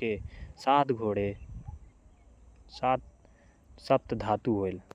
के कारक माने जाथे।